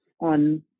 on